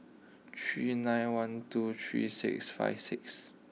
three nine one two three six five six